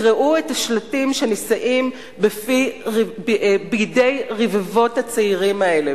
תקראו את השלטים שנישאים בידי רבבות הצעירים האלה,